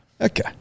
Okay